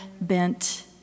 bent